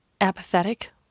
apathetic